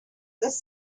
this